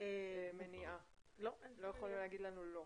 מניעה לעשות זאת.